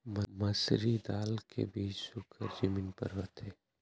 मसूरी दाल के बीज सुखर जमीन पर होतई?